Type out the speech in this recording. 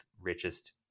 richest